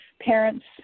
parents